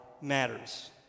matters